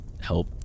help